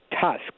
Tusk